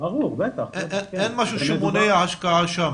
אין משהו שמונע השקעה שם.